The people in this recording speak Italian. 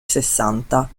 sessanta